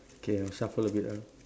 K I shuffle a bit ah